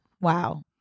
Wow